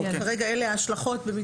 כרגע אלה ההשלכות.